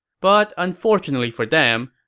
but unfortunately for them,